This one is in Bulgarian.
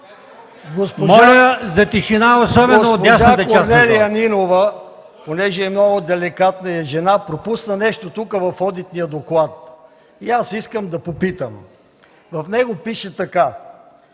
Моля за тишина, особено от дясната страна на